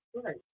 Right